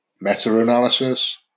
meta-analysis